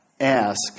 ask